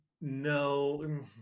no